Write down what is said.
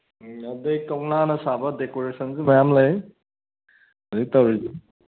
ꯑꯗꯩ ꯀꯧꯅꯥꯅ ꯁꯥꯕ ꯗꯦꯀꯣꯔꯦꯁꯟꯁꯨ ꯃꯌꯥꯝ ꯑꯃ ꯂꯩ ꯍꯨꯖꯤꯛ ꯇꯧꯔꯤꯁꯤ